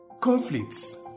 conflicts